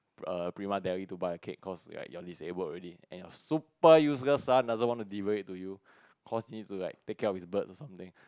(err)Primadeli to buy a cake cause like you disabled already and your super useless son don't want to deliver to you cause he needs to like take cake of his birds or something